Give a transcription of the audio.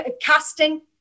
casting